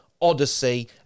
odyssey